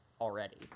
already